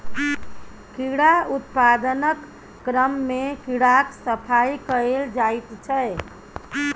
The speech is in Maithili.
कीड़ा उत्पादनक क्रममे कीड़ाक सफाई कएल जाइत छै